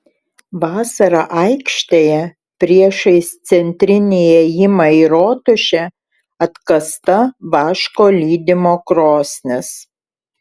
vasarą aikštėje priešais centrinį įėjimą į rotušę atkasta vaško lydymo krosnis